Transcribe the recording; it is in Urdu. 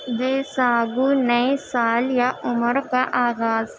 بیساگو نئے سال یا عمر کا آغاز